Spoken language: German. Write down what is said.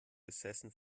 besessen